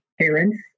parents